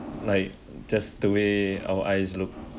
like just the way our eyes look